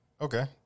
Okay